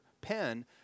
pen